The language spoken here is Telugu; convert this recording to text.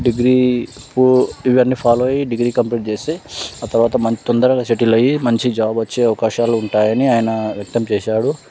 డిగ్రీ ఇవన్నీ ఫాలో అయ్యి డిగ్రీ కంప్లీట్ చేస్తే ఆ తర్వాత మనం తొందరగా సెటిల్ అయ్యి మంచిగా జాబ్ వచ్చే అవకాశాలు ఉంటాయని ఆయన వ్యక్తం చేశారు